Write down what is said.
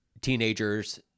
teenagers